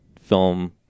film